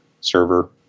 server